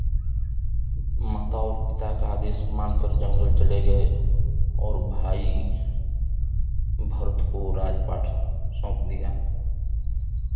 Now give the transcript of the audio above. माता और पिता का आदेश मानकर जंगल चले गए और भाई भरत को राजपाट सौंप दिया